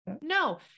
no